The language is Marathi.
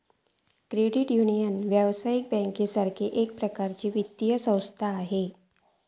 क्रेडिट युनियन, व्यावसायिक बँकेसारखा एक प्रकारचा वित्तीय संस्था असा